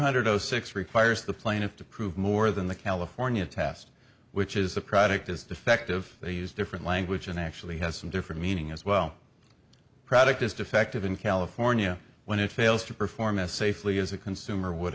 hundred zero six requires the plaintiff to prove more than the california test which is the product is defective they use different language and actually has some different meaning as well product is defective in california when it fails to perform a safely as a consumer would